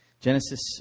Genesis